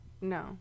No